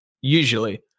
usually